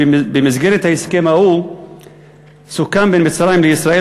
במסגרת ההסכם ההוא סוכם בין מצרים לישראל